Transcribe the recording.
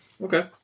Okay